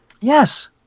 Yes